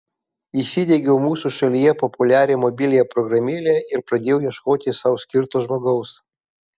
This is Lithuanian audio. įsidiegiau mūsų šalyje populiarią mobiliąją programėlę ir pradėjau ieškoti sau skirto žmogaus